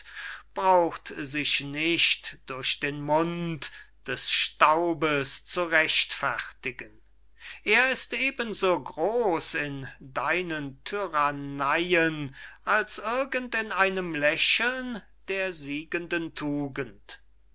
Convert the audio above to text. braucht sich nicht durch den mund des staubes zu rechtfertigen er ist eben so groß in deinen tyranneien als irgend in einem lächeln der siegenden tugend